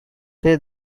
they